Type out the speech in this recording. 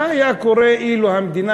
מה היה קורה אם המדינה